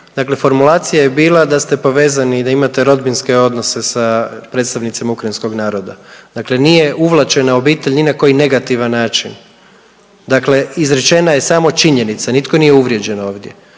dakle formulacija je bila da ste povezani i da imate rodbinske odnose sa predstavnicima ukrajinskog naroda, dakle nije uvlačena obitelj ni na koji negativan način. Dakle, izrečena je samo činjenica nitko nije uvrijeđen ovdje.